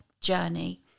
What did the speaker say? journey